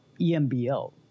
EMBL